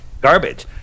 garbage